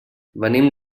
venim